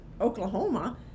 Oklahoma